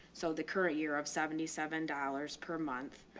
so the current year of seventy seven dollars per month.